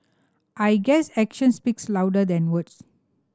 I guess action speaks louder than words